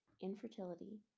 infertility